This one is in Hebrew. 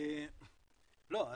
אני